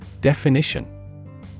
Definition